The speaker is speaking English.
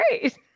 great